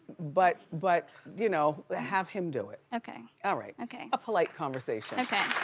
but but, you know, have him do it. okay. all right. okay. a polite conversation. okay,